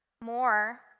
more